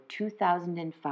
2005